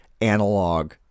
analog